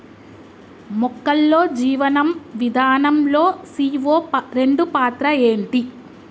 మొక్కల్లో జీవనం విధానం లో సీ.ఓ రెండు పాత్ర ఏంటి?